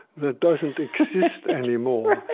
that doesn't exist anymore